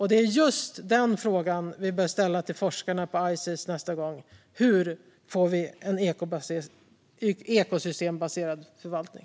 Det är just denna fråga vi bör ställa till forskarna på Ices nästa gång: Hur får vi en ekosystembaserad förvaltning?